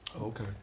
Okay